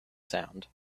sound